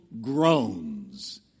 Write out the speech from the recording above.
groans